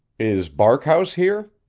is barkhouse here?